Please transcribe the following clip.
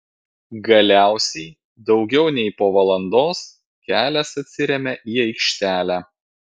galiausiai daugiau nei po valandos kelias atsiremia į aikštelę